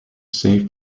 safe